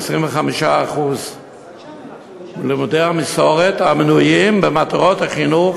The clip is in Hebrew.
25% לימודי המסורת המנויים במטרות החינוך